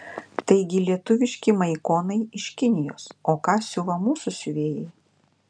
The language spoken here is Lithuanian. taigi lietuviški maikonai iš kinijos o ką siuva mūsų siuvėjai